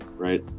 Right